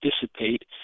dissipate